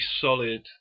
solid